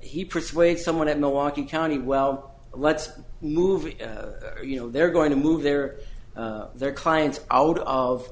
he persuade someone it milwaukee county well let's move it you know they're going to move their their clients out of